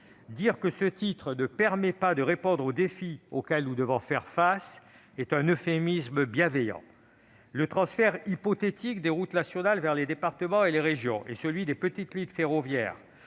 dire que ce titre ne permet pas de répondre aux défis auxquels nous devons faire face est un euphémisme bienveillant. Le transfert hypothétique des routes nationales aux départements et aux régions et celui des petites lignes ferroviaires